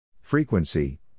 Frequency